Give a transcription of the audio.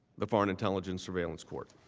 the foreign intelligence surveillance court.